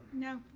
no.